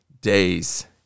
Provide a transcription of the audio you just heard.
days